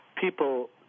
people